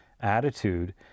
attitude